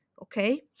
Okay